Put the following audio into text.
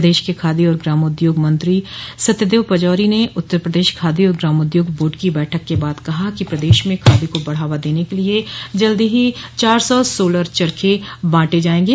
प्रदेश के खादी और ग्रामोद्योग मंत्री सत्यदेव पचौरी ने उत्तर प्रदेश खादी और ग्रामोद्योग बोर्ड की बैठक के बाद कहा कि प्रदेश में खादी को बढ़ावा देने के लिए जल्द ही चार सौ सोलर चर्खे बांटे जायेंगे